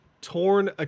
torn